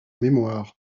mémoire